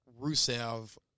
Rusev